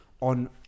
on